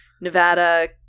Nevada